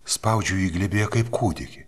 spaudžiau jį glėbyje kaip kūdikį